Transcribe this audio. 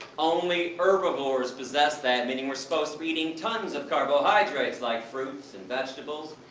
only herbivores possess that, meaning we're supposed to be eating tons of carbohydrates like fruits and vegetables.